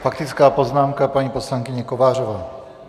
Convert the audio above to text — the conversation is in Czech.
Faktická poznámka paní poslankyně Kovářové.